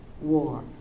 war